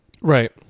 Right